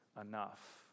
enough